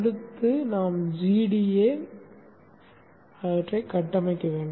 அடுத்து நாம் gEDA ஐ கட்டமைக்க வேண்டும்